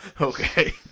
okay